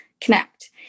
connect